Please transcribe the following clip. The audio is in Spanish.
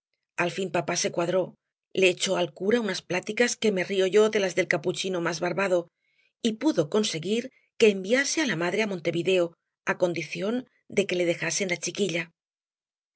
al fin papá se cuadró le echó al cura unas pláticas que me río yo de las del capuchino más barbado y pudo conseguir que enviase á la madre á montevideo á condición de que le dejasen la chiquilla